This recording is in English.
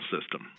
system